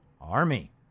Army